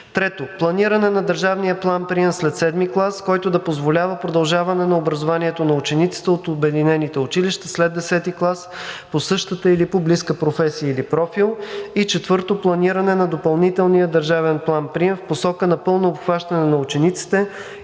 Трето, планиране на държавния план-прием след VII клас, който да позволява продължаване на образованието на учениците от обединените училища след X клас по същата или по близка професия или профил. И четвърто, планиране на допълнителния държавен план прием в посока на пълно обхващане на учениците